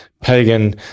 pagan